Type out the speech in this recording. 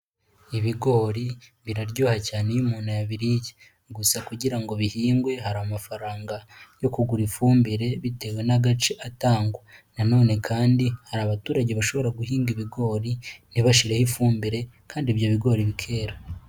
Ibigori biraryoha cyane iyo umuntu yabiririye, gusa kugira ngo bihingwe hari amafaranga yo kugura ifumbire, bitewe n'agace atangwa. Nanone kandi hari abaturage bashobora guhinga ibigori ntibashireho ifumbire, kandi ibyo bigori bikera.